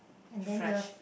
and then the